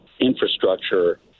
infrastructure